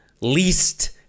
least